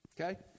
Okay